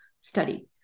study